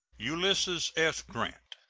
ulysses s. grant,